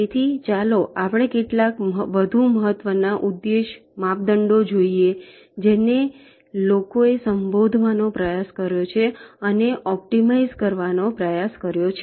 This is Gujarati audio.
તેથી ચાલો આપણે કેટલાક વધુ મહત્વના ઉદ્દેશ્ય માપદંડો જોઈએ જેને લોકોએ સંબોધવાનો પ્રયાસ કર્યો છે અને ઑપ્ટિમાઇઝ કરવાનો પ્રયાસ કર્યો છે